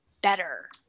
better